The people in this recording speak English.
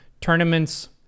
tournaments